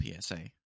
PSA